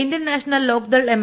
Indian national Lok Dal M